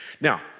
Now